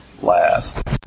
last